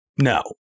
No